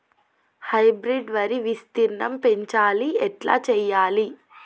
Hybrid వరి విస్తీర్ణం పెంచాలి ఎట్ల చెయ్యాలి?